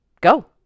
go